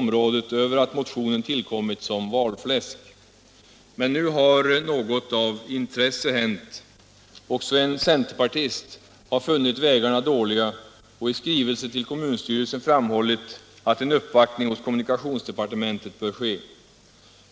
Men nu har något av intresse hänt: också en centerpartist har funnit vägarna dåliga och i skrivelse till kommunstyrelsen framhållit att en uppvaktning hos kommunikationsdepartementet bör ske!